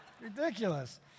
Ridiculous